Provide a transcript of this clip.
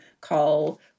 call